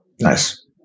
Nice